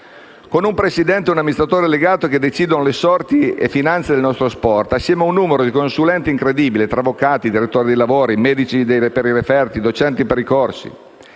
con un presidente e un amministratore delegato che decidono le sorti e le finanze del nostro sport assieme ad un numero di consulenti incredibile, tra avvocati, direttori di lavori, medici per i referti, docenti per i corsi?